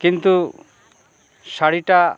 কিন্তু শাড়িটা